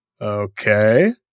Okay